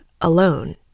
alone